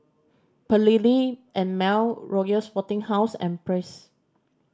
Perllini and Mel Royal Sporting House and Praise